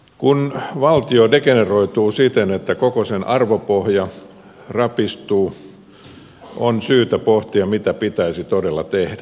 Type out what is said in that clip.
kun valtio degeneroituu siten että koko sen arvopohja rapistuu on syytä pohtia mitä pitäisi todella tehdä